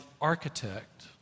architect